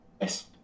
yes